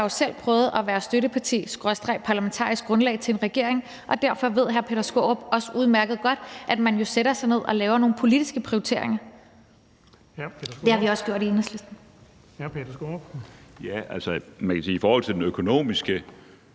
har jo selv prøvet at være støtteparti skråstreg parlamentarisk grundlag for en regering, og derfor ved hr. Peter Skaarup også udmærket godt, at man sætter sig ned og laver nogle politiske prioriteringer. Det har vi også gjort i Enhedslisten. Kl. 11:20 Den fg. formand (Erling Bonnesen):